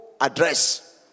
address